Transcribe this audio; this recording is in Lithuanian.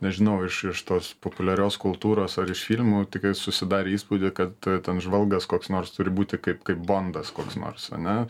nežinau iš iš tos populiarios kultūros ar iš filmų tikrai susidarę įspūdį kad ten žvalgas koks nors turi būti kaip kaip bondas koks nors ane